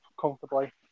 comfortably